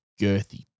girthy